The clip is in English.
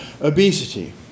Obesity